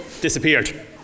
disappeared